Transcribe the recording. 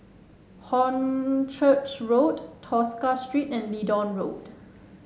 Hornchurch Road Tosca Street and Leedon Road